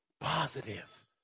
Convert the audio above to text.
positive